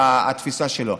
והתפיסה שלו.